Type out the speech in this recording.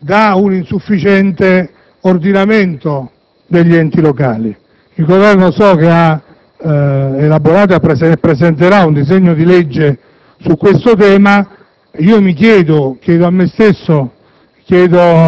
da un insufficiente ordinamento degli Enti locali. So che il Governo ha elaborato e presenterà un disegno di legge su questo tema. Io mi chiedo, lo chiedo a me stesso,